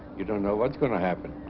you don't know what's gonna happen